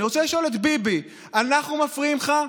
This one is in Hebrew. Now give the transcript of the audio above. אני רוצה לשאול את ביבי: אנחנו מפריעים לך,